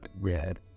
Red